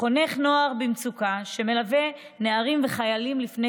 חונך נוער במצוקה שמלווה נערים וחיילים לפני